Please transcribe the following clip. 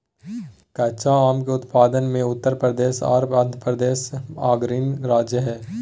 कच्चा आम के उत्पादन मे उत्तर प्रदेश आर आंध्रप्रदेश अग्रणी राज्य हय